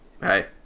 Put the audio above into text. Hey